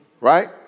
Right